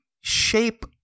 shape